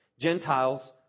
Gentiles